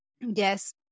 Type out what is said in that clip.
Yes